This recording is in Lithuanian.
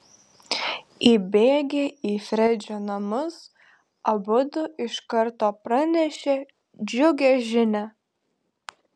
įbėgę į fredžio namus abudu iš karto pranešė džiugią žinią